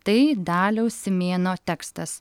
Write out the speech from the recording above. tai daliaus simėno tekstas